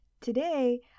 today